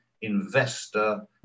investor